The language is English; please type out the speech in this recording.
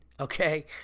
Okay